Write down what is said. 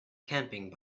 camping